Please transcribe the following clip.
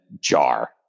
jar